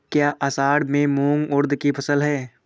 क्या असड़ में मूंग उर्द कि फसल है?